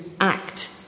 act